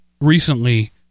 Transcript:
recently